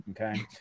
Okay